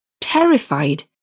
Terrified